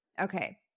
Okay